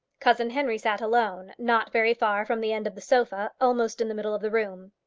cousin henry sat alone, not very far from the end of the sofa, almost in the middle of the room.